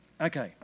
Okay